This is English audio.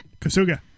Kasuga